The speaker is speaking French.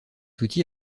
outil